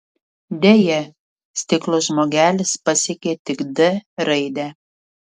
deja stiklo žmogelis pasiekė tik d raidę